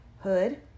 hood